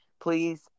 please